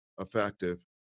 effective